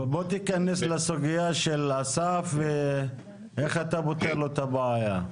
בוא תיכנס לסוגיה של אסף ואיך אתה פותר לו את הבעיה.